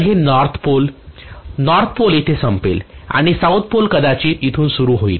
तर हे north pole north pole येथे संपेल आणि साऊथ पोल कदाचित येथून सुरु होईल